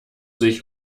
sich